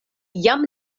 jam